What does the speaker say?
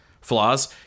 flaws